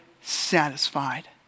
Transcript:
satisfied